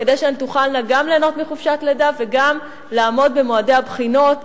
כדי שהן תוכלנה גם ליהנות מחופשת לידה וגם לעמוד במועדי הבחינות,